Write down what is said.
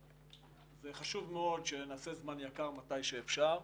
זה חושב מאוד שנעשה זמן יקר מתי שאפשר,